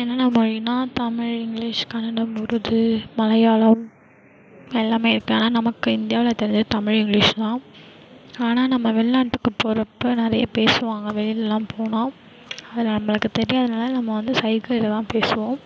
என்னென்ன மொழின்னால் தமிழ் இங்கிலீஷ் கன்னடம் உருது மலையாளம் எல்லாமே இருக்குது ஆனால் நமக்கு இந்தியாவில் தெரிஞ்சது தமிழ் இங்கிலீஷ் தான் ஆனால் நம்ம வெளிநாட்டுக்கு போகிறப்ப நிறைய பேசுவாங்க வெளியிலெலாம் போனால் அதில் நம்மளுக்கு தெரியாதனால் நம்ம வந்து சைகையில்தான் பேசுவோம்